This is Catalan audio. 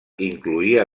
incloïa